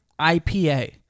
IPA